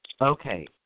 Okay